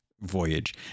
voyage